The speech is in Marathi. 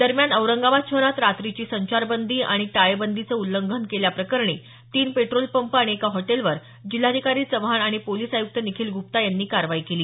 दरम्यान औरंगाबाद शहरात रात्रीची संचारबंदी आणि टाळेबंदीचं उल्लंघन केल्याप्रकरणी तीन पेट्रोल पंप आणि एका हॉटेलवर जिल्हाधिकारी सुनील चव्हाण आणि पोलिस आयुक्त निखिल ग्रप्ता यांनी कारवाई केली